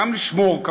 גם לשמור עליהם,